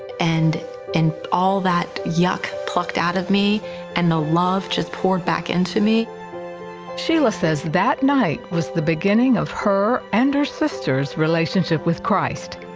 and and all that yuck plucked out of me and the love just poured back into me. reporter sheila says that night was the beginning of her and her sister's relationship with christ.